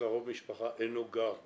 הקרוב-משפחה אינו גר במקום?